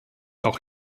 auch